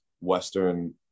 western